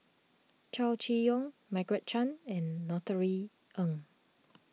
Chow Chee Yong Margaret Chan and Norothy Ng